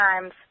times